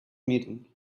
meeting